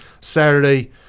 Saturday